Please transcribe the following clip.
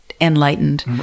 enlightened